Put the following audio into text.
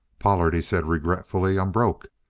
pollard, he said regretfully, i'm broke.